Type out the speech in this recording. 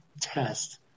test